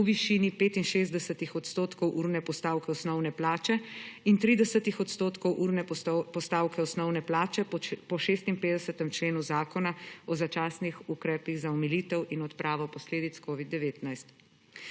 v višini 65 odstotkov urne postavke osnovne plače in 30 odstotkov urne postavke osnovne plače po 56. členu Zakona o začasnih ukrepih za omilitev in odpravo posledic COVID-19.